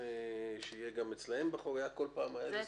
זה אצלנו,